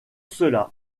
cela